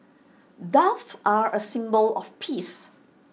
doves are A symbol of peace